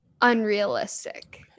unrealistic